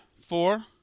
four